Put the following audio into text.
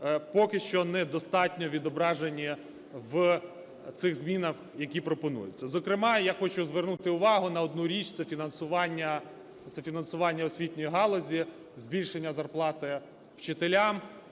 поки що недостатньо відображені в цих змінах, які пропонуються. Зокрема, я хочу звернути увагу на одну річ, це фінансування освітньої галузі, збільшення зарплати вчителям.